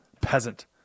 peasant